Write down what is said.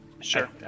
Sure